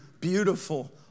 beautiful